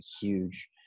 huge